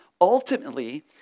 ultimately